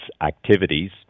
activities